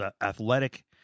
athletic